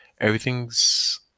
everything's